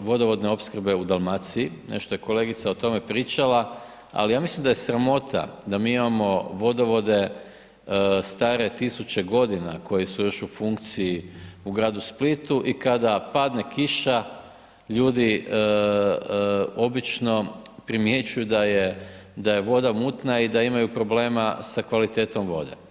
vodovodne opskrbe u Dalmaciji, nešto je kolegica o tome pričala, al ja mislim da je sramota da mi imamo vodovode stare tisuće godina koje su još u funkciji u gradu Splitu i kada padne kiša, ljudi obično primjećuju da je voda mutna i da imaju problema sa kvalitetom vode.